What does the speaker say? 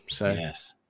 Yes